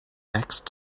next